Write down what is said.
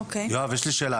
יואב, יש לי שאלה.